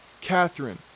Catherine